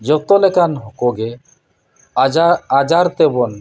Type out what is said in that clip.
ᱡᱚᱛᱚ ᱞᱮᱠᱟᱱ ᱠᱚᱜᱮ ᱟᱡᱟᱨ ᱟᱡᱟᱨ ᱛᱮᱵᱚᱱ